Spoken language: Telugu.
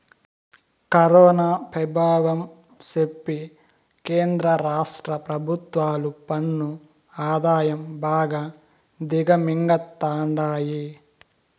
కరోనా పెభావం సెప్పి కేంద్ర రాష్ట్ర పెభుత్వాలు పన్ను ఆదాయం బాగా దిగమింగతండాయి